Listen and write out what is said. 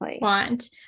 want